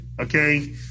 okay